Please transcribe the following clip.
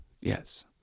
yes